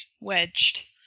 wedged